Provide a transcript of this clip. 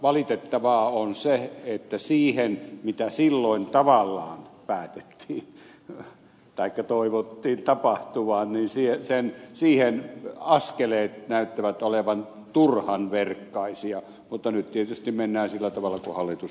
valitettavaa on se että siihen mitä silloin tavallaan päätettiin taikka toivottiin tapahtuvan askeleet näyttävät olevan turhan verkkaisia mutta nyt tietysti mennään sillä tavalla kuin hallitus on esittänyt